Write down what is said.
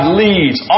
leads